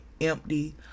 empty